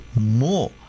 More